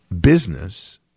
business